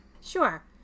Sure